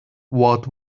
what